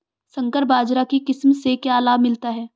संकर बाजरा की किस्म से क्या लाभ मिलता है?